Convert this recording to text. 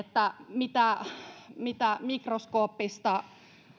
sille mitä mikroskooppista